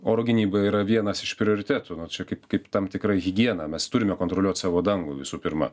oro gynyba yra vienas iš prioritetų nu čia kaip kaip tam tikra higiena mes turime kontroliuot savo dangų visų pirma